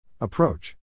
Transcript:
Approach